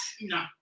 No